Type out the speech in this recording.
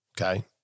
Okay